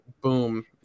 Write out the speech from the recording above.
boom